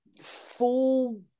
full